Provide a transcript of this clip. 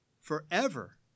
forever